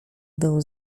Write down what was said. był